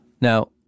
Now